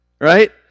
Right